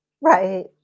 Right